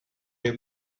new